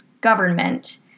government